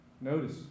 notice